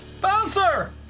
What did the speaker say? Bouncer